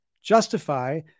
justify